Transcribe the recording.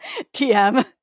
TM